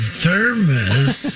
thermos